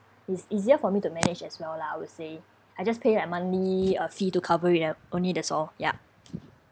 it's easier for me to manage as well lah I would say I just pay like monthly uh fee to cover it up only that's all ya